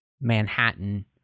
Manhattan